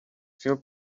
feel